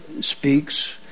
speaks